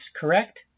correct